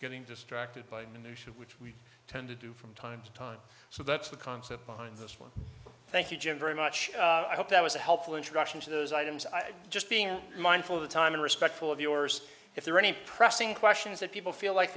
getting distracted by minutia which we tend to do from time to time so that's the concept behind this one thank you jim very much i hope that was a helpful introduction to those items i just being mindful of the time and respectful of yours if there are any pressing questions that people feel like